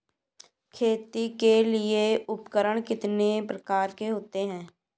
खेती के लिए उपकरण कितने प्रकार के होते हैं?